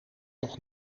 nog